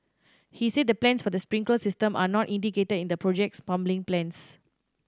he said the plans for the sprinkler system are not indicated in the project's plumbing plans